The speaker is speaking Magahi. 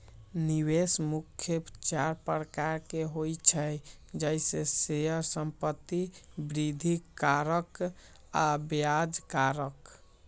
निवेश मुख्य चार प्रकार के होइ छइ जइसे शेयर, संपत्ति, वृद्धि कारक आऽ ब्याज कारक